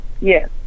Yes